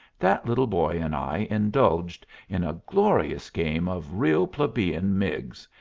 that little boy and i indulged in a glorious game of real plebeian miggs,